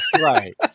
right